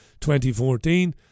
2014